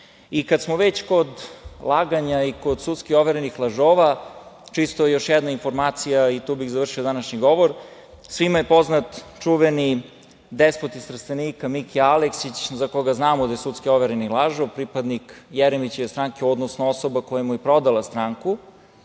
smo već kod laganja i kod sudski overenih lažova, čisto još jedna informacija i tu bih završio današnji govor. Svima je poznat čuveni despot iz Trstenika Mika Aleksić za koga znamo da je sudski overeni lažov, pripadnik Jeremićeve stranke, odnosno osoba koja mu je i prodala stranku